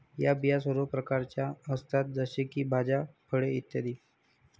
या बिया सर्व प्रकारच्या असतात जसे की भाज्या, फळे इ